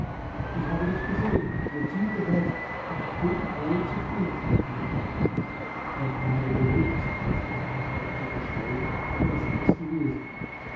ich habe dich gesehen dir zugehört und bin wohl zufrieden mit dir der knabe beruhigte sich jetzt und antwortete bescheiden er sei es gewesen